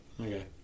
okay